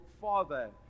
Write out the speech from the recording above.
father